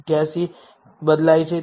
88 સુધી બદલાય છે